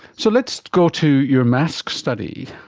so let's go to your masks study,